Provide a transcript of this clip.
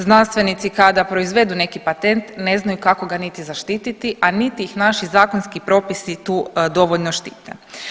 Znanstvenici kada proizvedu neki patent ne znaju kako ga niti zaštiti, a niti ih naši zakonski propisi tu dovoljno štite.